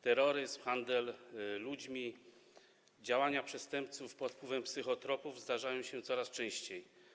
Terroryzm, handel ludźmi i działania przestępców pod wpływem psychotropów zdarzają się coraz częściej.